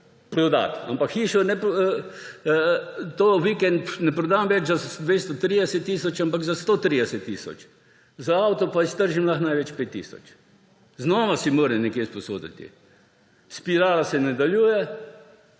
prodam. Ampak vikend ne prodam več za 230 tisoč, ampak za 130 tisoč. Za avto pa iztržim lahko največ 5 tisoč. Znova si moram nekje sposoditi. Spirala se nadaljuje,